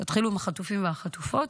תתחילו עם החטופים והחטופות,